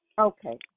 Okay